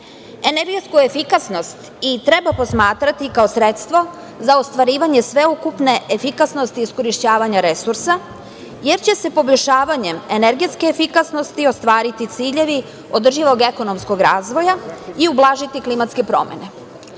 nama. Energetsku efikasnost i treba posmatrati kao sredstvo za ostvarivanje sveukupne efikasnosti iskorišćavanja resursa, jer će se poboljšavanjem energetske efikasnosti ostvariti ciljevi održivog ekonomskog razvoja i ublažiti klimatske promene. Mi